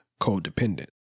codependent